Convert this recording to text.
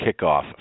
kickoff